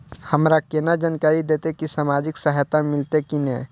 हमरा केना जानकारी देते की सामाजिक सहायता मिलते की ने?